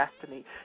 Destiny